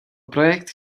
projekt